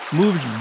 moves